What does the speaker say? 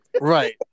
Right